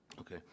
Okay